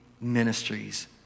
ministries